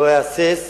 לא אהסס